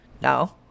No